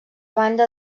banda